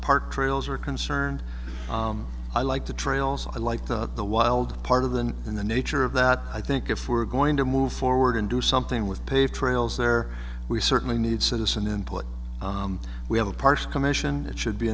park trails are concerned i like the trails i liked the wild part of than in the nature of that i think if we're going to move forward and do something with paved trails there we certainly need citizen input we have a partial commission it should be